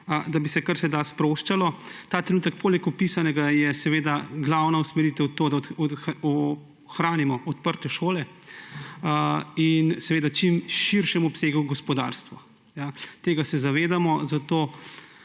da bi se karseda sproščalo. Ta trenutek je poleg opisanega glavna usmeritev to, da ohranimo odprte šole in v čim širšem obsegu gospodarstvo. Tega se zavedamo, zato